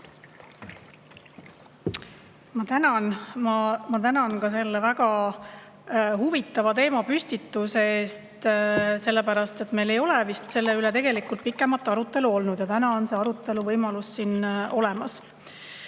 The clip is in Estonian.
Ma tänan ka selle väga huvitava teema püstituse eest, sest meil ei ole vist selle üle tegelikult pikemat arutelu olnud ja täna on see võimalus siin olemas.